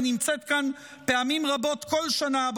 היא נמצאת כאן פעמים רבות בכל שנה,